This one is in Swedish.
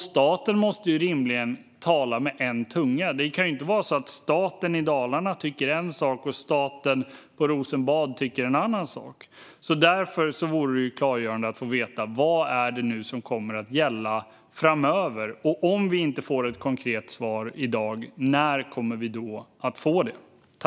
Staten måste rimligen tala med en tunga; det kan ju inte vara så att staten i Dalarna tycker en sak och staten på Rosenbad tycker en annan sak. Därför vore det klargörande att få veta vad det är som kommer att gälla framöver. Och om vi inte får ett konkret svar i dag, när kommer vi då att få det?